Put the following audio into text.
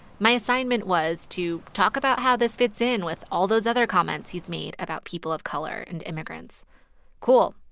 my assignment was to talk about how this fits in with all those other comments he's made about people of color and immigrants cool,